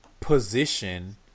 position